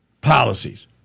policies